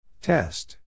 Test